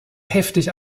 heftig